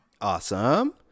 Awesome